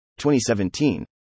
2017